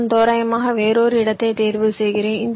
நான் தோராயமாக வேறொரு இடத்தைத் தேர்வு செய்கிறேன்